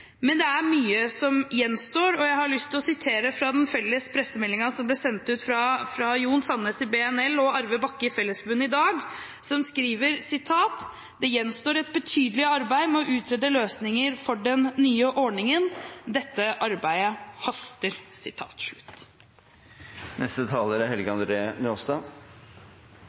Men det er mye som gjenstår, og jeg har lyst til å sitere fra den felles pressemeldingen som ble sendt ut fra Jon Sandnes i BNL og Arve Bakke i Fellesforbundet i dag, som skriver: «Det gjenstår et betydelig arbeid med å utrede løsninger for den nye ordningen. Dette arbeidet haster.»